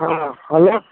हाँ हैलो